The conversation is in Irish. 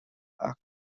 ach